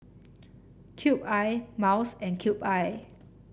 Cube I Miles and Cube I